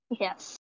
Yes